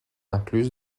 incluse